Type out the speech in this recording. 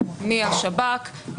מהשב"כ,